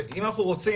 אם אנחנו רוצים,